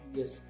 Yes